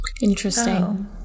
Interesting